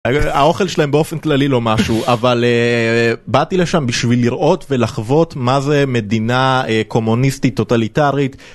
האוכל שלהם באופן כללי לא משהו אבל באתי לשם בשביל לראות ולחוות מה זה מדינה קומוניסטית טוטליטרית.